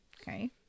okay